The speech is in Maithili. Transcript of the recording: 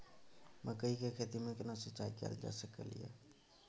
मकई की खेती में केना सिंचाई कैल जा सकलय हन?